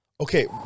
Okay